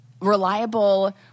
reliable